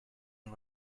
and